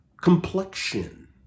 complexion